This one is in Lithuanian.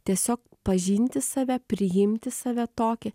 tiesiog pažinti save priimti save tokį